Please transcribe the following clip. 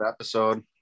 episode